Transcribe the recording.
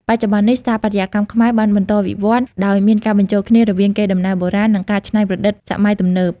បច្ចុប្បន្ននេះ ស្ថាបត្យកម្មខ្មែរបន្តវិវឌ្ឍន៍ ដោយមានការបញ្ចូលគ្នារវាងកេរដំណែលបុរាណ និងការច្នៃប្រឌិតសម័យទំនើប។